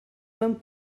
mewn